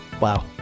Wow